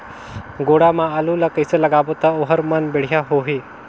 गोडा मा आलू ला कइसे लगाबो ता ओहार मान बेडिया होही?